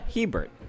Hebert